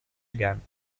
again